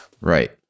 Right